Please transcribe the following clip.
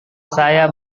saya